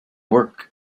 work